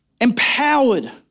empowered